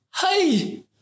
hey